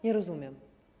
Nie rozumiem.